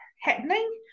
happening